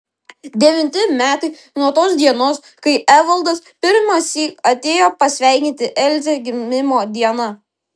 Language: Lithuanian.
devinti metai nuo tos dienos kai evaldas pirmąsyk atėjo pasveikinti elzę gimimo dieną